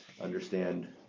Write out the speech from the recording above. understand